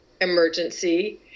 emergency